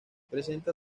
presenta